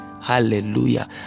Hallelujah